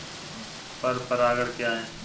पर परागण क्या है?